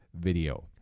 video